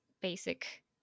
basic